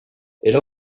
era